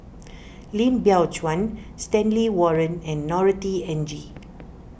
Lim Biow Chuan Stanley Warren and Norothy N G